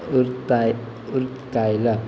उरताय उरकायला